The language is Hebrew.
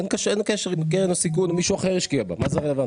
אין קשר אם קרן הסיכון או מישהו אחר השקיע בה מה זה רלוונטי?